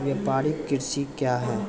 व्यापारिक कृषि क्या हैं?